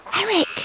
Eric